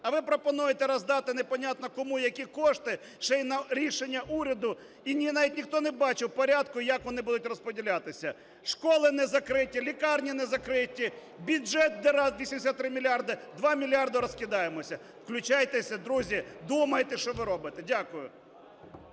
А ви пропонуєте роздати не понятно кому які кошти, ще й рішення уряду. І навіть ніхто не бачив порядку, як вони будуть розподілятися. Школи не закриті, лікарні не закриті, бюджет – діра у ….. мільярди. 2 мільярди – розкидаємось. Включайтесь, друзі, думайте, що ви робите. Дякую.